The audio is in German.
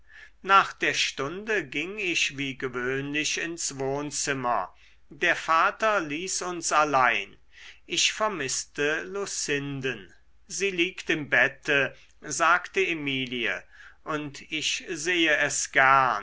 nach der stunde ging ich wie gewöhnlich ins wohnzimmer der vater ließ uns allein ich vermißte lucinden sie liegt im bette sagte emilie und ich sehe es gern